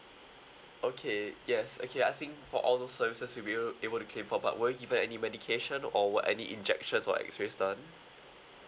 okay yes okay I think for all those services we'll be able able to claim for but were you given any medication or were any injections or X rays done